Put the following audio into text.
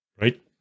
right